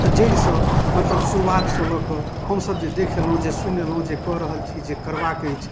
तऽ जड़िसँ मतलब शुरुआतसँ लऽ कऽ हमसब जे देखि अएलहुँ जे सुनि अएलहुँ जे कऽ रहल छी जे करबाक अछि